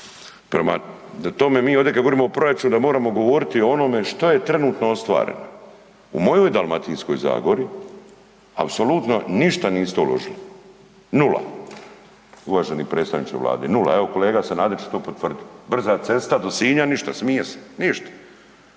Prema tome, mi ovdje kad govorimo o proračunu da moramo govoriti o onome što je trenutno ostvareno. U mojoj Dalmatinskoj zagori, apsolutno ništa niste uložili. Nula, uvaženi predstavniče Vlade. Evo, kolega Sanader će to potvrditi. Brza cesta do Sinja, ništa, smije se, ništa.